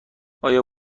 آیا